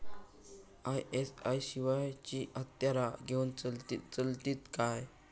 ISI शिवायची हत्यारा घेऊन चलतीत काय?